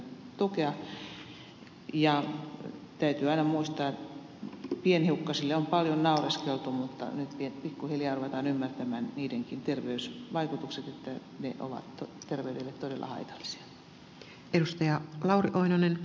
täytyy aina muistaa pienhiukkasille on paljon naureskeltu mutta nyt pikkuhiljaa ruvetaan ymmärtämään niidenkin terveysvaikutukset että pienhiukkaset ovat terveydelle todella haitallisia